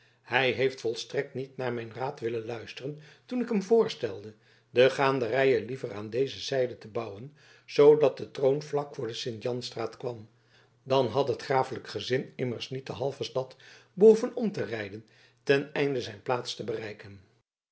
hij heeft volstrekt niet naar mijn raad willen luisteren toen ik hem voorstelde de gaanderijen liever aan deze zijde te bouwen zoodat de troon vlak voor de sint jansstraat kwam dan had het grafelijk gezin immers niet de halve stad behoeven om te rijden ten einde zijn plaats te bereiken